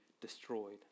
destroyed